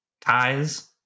ties